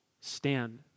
stand